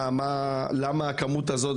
למה הכמות הזאת,